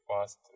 fast